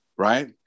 Right